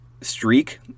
streak